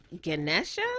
Ganesha